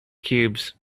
cubes